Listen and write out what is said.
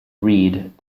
read